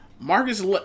Marcus